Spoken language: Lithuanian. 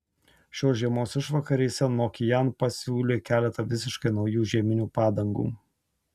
šios žiemos išvakarėse nokian pasiūlė keletą visiškai naujų žieminių padangų